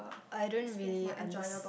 I don't really under